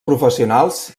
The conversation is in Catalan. professionals